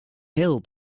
hill